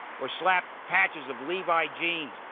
or slapped patches of levi's jeans,